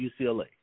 UCLA